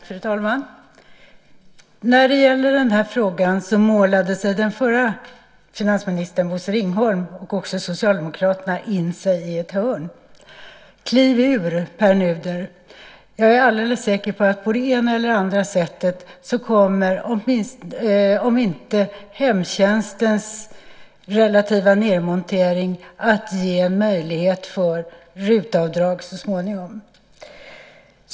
Fru talman! När det gäller den här frågan målade den förre finansministern Bosse Ringholm och också Socialdemokraterna in sig i ett hörn. Kliv ur, Pär Nuder. Jag är alldeles säker på att på det ena eller andra sättet kommer, om inte annat, hemtjänstens relativa nedmontering att ge möjlighet för RUT-avdrag så småningom.